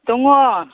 दङ